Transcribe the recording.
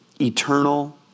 Eternal